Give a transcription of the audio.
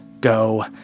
go